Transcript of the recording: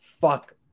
fuck